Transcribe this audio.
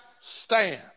stand